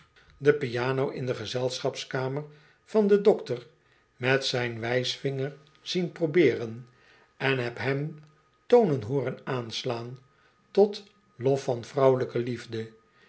de piano in de gezelschapskamer van den dokter met zijn wijsvinger zien probeeren en heb hem tonen hooren aanslaan tot lof van vrouwelijke liefde